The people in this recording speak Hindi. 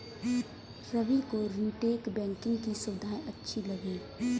रवि को रीटेल बैंकिंग की सुविधाएं अच्छी लगी